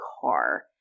car